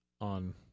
on